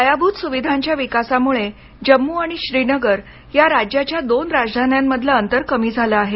पायाभूत सुविधांच्या विकासामुळे जम्मू आणि श्रीनगर या राज्याच्या दोन राजधान्यांमधलं अंतर कमी झालं आहे